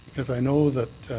because i know that